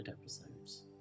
episodes